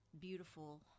beautiful